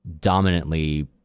dominantly